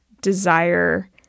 desire